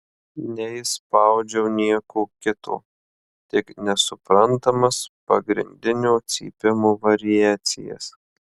neišspaudžiau nieko kito tik nesuprantamas pagrindinio cypimo variacijas